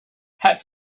hats